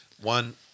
one